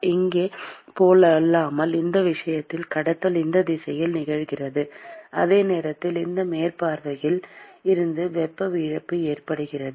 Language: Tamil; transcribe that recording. இங்கே போலல்லாமல் இந்த விஷயத்தில் கடத்தல் இந்த திசையில் நிகழ்கிறது அதே நேரத்தில் இந்த மேற்பரப்பில் இருந்து வெப்ப இழப்பு ஏற்படுகிறது